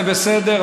זה בסדר.